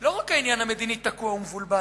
לא רק העניין המדיני תקוע ומבולבל.